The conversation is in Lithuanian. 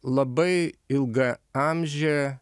labai ilgaamžė